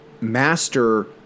master